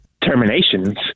Terminations